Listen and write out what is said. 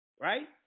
Right